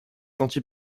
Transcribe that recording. senti